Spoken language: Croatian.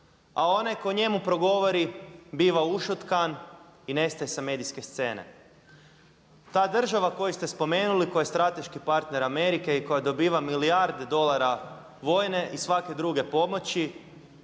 a onaj tko o njemu progovori biva ušutkan i nestaje sa medijske scene. Ta država koju ste spomenuli, koja je strateški partner Amerike i koja dobiva milijardu dolara vojne i svake druge pomoći,